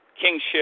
kingship